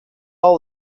all